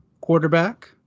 quarterback